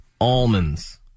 almonds